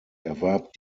erwarb